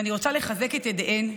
ואני רוצה לחזק את ידיהן,